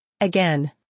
Again